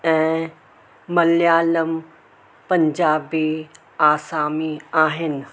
ऐं मलयालम पंजाबी असमी आहिनि